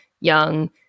young